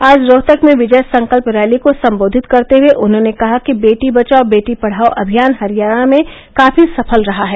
आज रोहतक में विजय संकल्प रैली को संबोधित करते हुए उन्होंने कहा कि बेटी बचाओ बेटी पढ़ाओ अभियान हरियाणा में काफी सफल रहा है